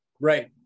Right